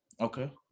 Okay